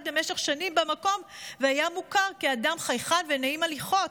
במשך שנים במקום והיה מוכר כאדם חייכן ונעים הליכות.